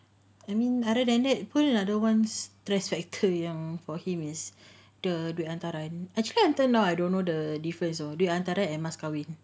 I mean other than that the another one's stress factor yang for him is the duit hantaran actually until now I don't know the difference oh duit hantaran and mas kahwin